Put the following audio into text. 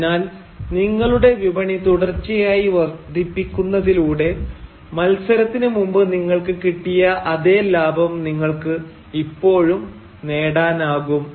അതിനാൽ നിങ്ങളുടെ വിപണി തുടർച്ചയായി വർദ്ധിപ്പിക്കുന്നതിലൂടെ മത്സരത്തിന് മുമ്പ് നിങ്ങൾക്ക് കിട്ടിയ അതേ ലാഭം നിങ്ങൾക്ക് ഇപ്പോഴും നേടാനാകും